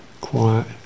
quiet